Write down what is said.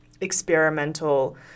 experimental